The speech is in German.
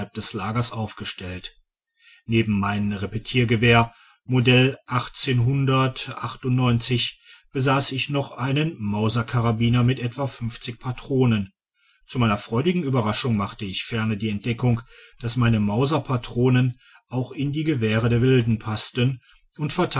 des lagers aufgestellt neben meinem repetiergewehr modell besaß ich noch einen mauserkarabiner mit etwa patronen zu meiner freudigen ueberraschung machte ich ferner die entdeckung dass meine mauserpatronen auch in die gewehre der wilden passten